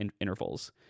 intervals